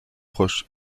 proche